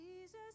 Jesus